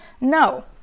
No